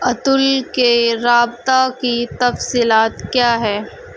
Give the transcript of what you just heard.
اتل کے رابطہ کی تفصیلات کیا ہے